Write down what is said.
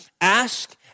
Ask